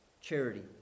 charity